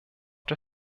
der